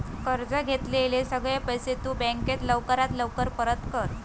कर्ज घेतलेले सगळे पैशे तु बँकेक लवकरात लवकर परत कर